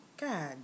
God